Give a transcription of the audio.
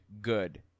good